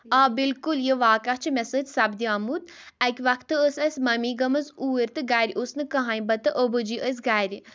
آ بالکُل یہِ واقعہٕ چھُ مےٚ سۭتۍ سِپدیٛومُت اَکہِ وقتہٕ ٲس اَسہِ ممی گٲمٕژ اوٗرۍ تہٕ گرِ اوس نہٕ کٕہٕنٛۍ بہٕ تہٕ ابوٗجی ٲسۍ گرِ